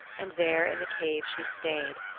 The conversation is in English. and there in the cave she stayed,